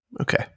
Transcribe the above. Okay